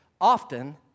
often